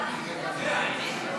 נתקבלה.